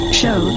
show